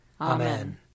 Amen